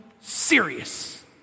serious